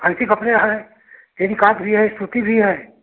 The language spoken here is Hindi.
फएँसी कपड़े हैं काट दिए सूती भी है